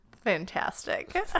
Fantastic